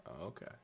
Okay